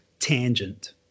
Tangent